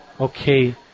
Okay